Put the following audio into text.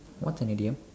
what's an idiom